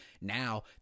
now